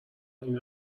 این